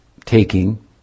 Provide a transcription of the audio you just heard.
taking